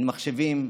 אין מחשבים,